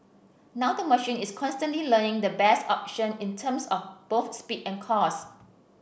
now the machine is constantly learning the best option in terms of both speed and cost